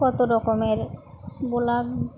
কত রকমের ব্লগ